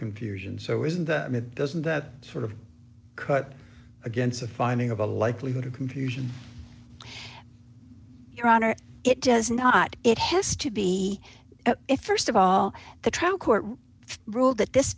confusion so isn't that doesn't that sort of cut against a finding of a likelihood of confusion your honor it does not it has to be if st of all the trial court ruled that this